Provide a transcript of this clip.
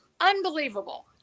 unbelievable